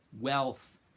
wealth